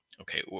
Okay